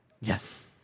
Yes